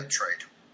trade